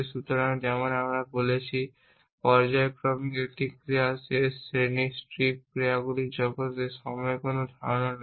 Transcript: সুতরাং যেমনটি আমরা বলেছি পর্যায়ক্রমিক একটি ক্রিয়ার শেষ শ্রেণীর স্ট্রিপ ক্রিয়াগুলির জগতে সময়ের কোনও ধারণা নেই